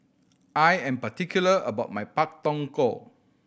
I am particular about my Pak Thong Ko